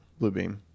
Bluebeam